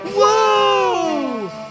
Whoa